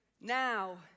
Now